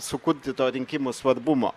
sukurti to rinkimų svarbumo